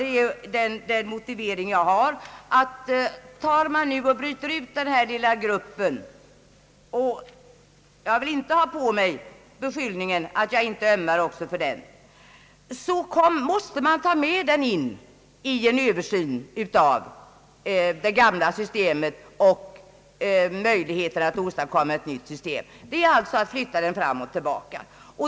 Motiveringen för mitt ställningstagande är att om man bryter ut denna lilla grupp — jag vill inte bli beskylld för att jag inte ömmar även för den — måste man ändå ta med den i en översyn av det gamla systemet och vid tillskapandet av ett nytt system. Det innebär alltså att flytta gruppen fram och tillbaka.